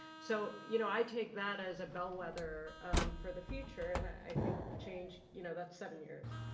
so you know i take that as a bellwether for the future. and i think change you know, that's seven years,